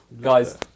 Guys